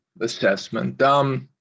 assessment